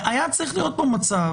היה צריך להיות פה מצב,